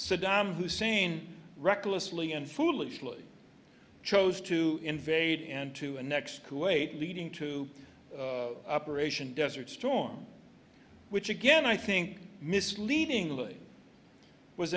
saddam hussein recklessly and foolishly chose to invade and to annex kuwait leading to operation desert storm which again i think misleadingly was